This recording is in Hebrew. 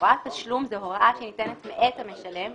הוראת תשלום זו הוראה שניתנת מאת המשלם,